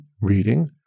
reading